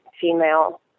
female